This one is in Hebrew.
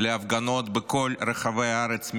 להפגנות בכל רחבי הארץ.